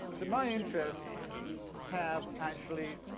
that my interests have actually